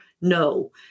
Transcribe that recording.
no